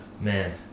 man